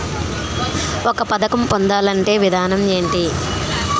ఒక పథకం పొందాలంటే విధానం ఏంటి?